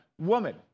woman